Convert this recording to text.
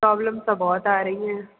problems ਤਾਂ ਬਹੁਤ ਆ ਰਹੀਆਂ